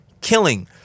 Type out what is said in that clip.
killing